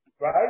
right